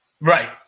Right